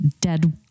dead